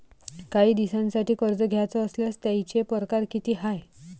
कायी दिसांसाठी कर्ज घ्याचं असल्यास त्यायचे परकार किती हाय?